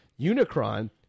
Unicron